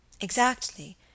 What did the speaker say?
Exactly